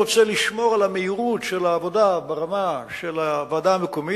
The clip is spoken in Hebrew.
רוצה לשמור על המהירות של העבודה ברמה של הוועדה המקומית,